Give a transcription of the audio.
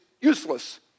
useless